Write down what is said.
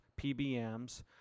PBMs